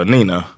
Nina